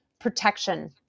protection